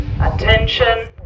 Attention